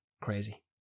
crazy